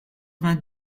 vingt